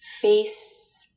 face